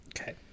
Okay